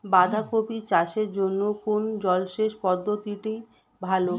বাঁধাকপি চাষের জন্য কোন জলসেচ পদ্ধতিটি ভালো?